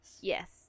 Yes